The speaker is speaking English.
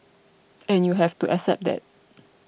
and you have to accept that